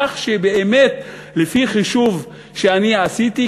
כך שבאמת לפי חישוב שאני עשיתי,